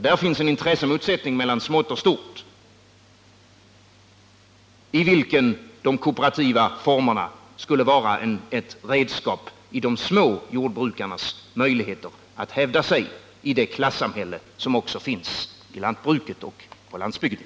Där finns en intressemotsättning mellan smått och stort, varvid de kooperativa formerna skulle vara ett redskap för de små jordbrukarnas möjligheter att hävda sig i det klassamhälle, som också finns i lantbruket och på landsbygden.